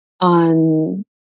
on